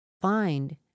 find